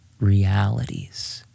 realities